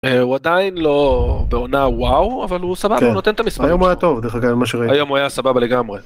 הוא עדיין לא בעונה וואו, אבל הוא סבבה, הוא נותן את המשחק שלו. היום הוא היה טוב, דרך אגב, ממה שראיתי. היום הוא היה סבבה לגמרי.